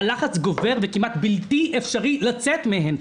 הלחץ גובר וכמעט בלתי אפשרי לצאת מהם.